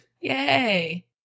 Yay